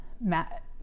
Matt